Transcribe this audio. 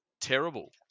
terrible